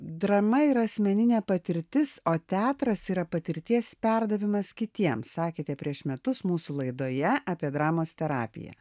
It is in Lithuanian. drama yra asmeninė patirtis o teatras yra patirties perdavimas kitiem sakėte prieš metus mūsų laidoje apie dramos terapiją